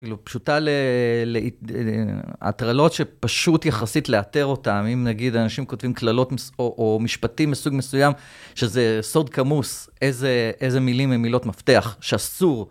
פשוטה להטרלות שפשוט יחסית לאתר אותן, אם נגיד אנשים כותבים קללות או משפטים מסוג מסוים שזה סוד כמוס איזה מילים הם מילות מפתח שאסור.